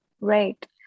right